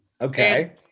Okay